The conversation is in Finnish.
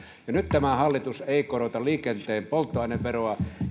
nyt tämä hallitus ei korota liikenteen polttoaineveroa